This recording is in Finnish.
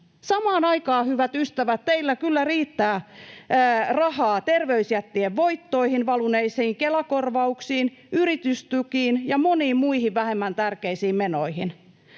samaan aikaan, hyvät ystävät — teillä kyllä riittää rahaa terveysjättien voittoihin valuneisiin Kela-korvauksiin, yritystukiin ja moniin muihin vähemmän tärkeisiin menoihin.